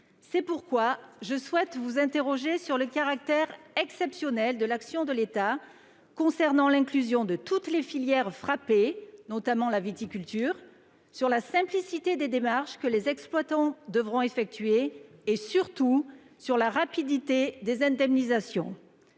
C'est pourquoi je souhaite vous interroger sur le caractère exceptionnel de l'action de l'État concernant l'inclusion de toutes les filières frappées, notamment la viticulture, sur la simplicité des démarches que les exploitants devront effectuer et, surtout, sur la rapidité des indemnisations.